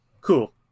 cool